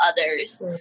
others